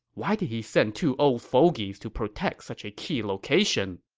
why did he send two old fogies to protect such a key location?